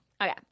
Okay